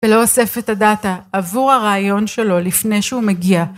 ולא אוסף את הדאטה עבור הרעיון שלו לפני שהוא מגיע